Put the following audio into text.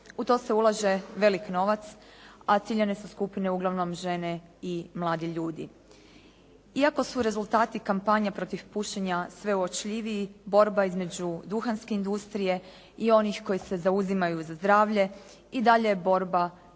U to se ulaže veliki novac, a ciljane su skupine uglavnom žene i mladi ljudi. Iako su rezultati kampanje protiv pušenja sve uočljiviji, borba između duhanske industrije i oni koji se zauzimaju za zdravlje i dalje je borba